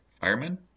firemen